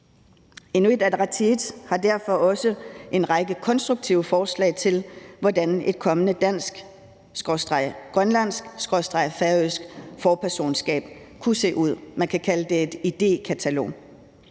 Inuit Ataqatigiit har derfor også en række konstruktive forslag til, hvordan et kommende dansk/grønlandsk/færøsk forpersonskab kunne se ud. Man kan kalde det et idékatalog.